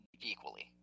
equally